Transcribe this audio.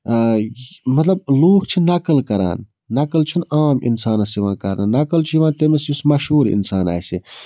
مطلب لوٗکھ چھِ نقٕل کَران نقٕل چھُنہٕ عام اِنسانَس یِوان کَرنہٕ نقٕل چھُ یِوان تٔمِس یُس مَشہوٗر اِنسان آسہِ